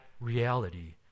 reality